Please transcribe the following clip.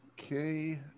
Okay